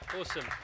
Awesome